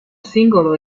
singolo